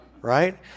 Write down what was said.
right